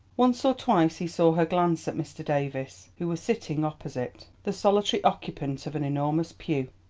once or twice he saw her glance at mr. davies, who was sitting opposite, the solitary occupant of an enormous pew,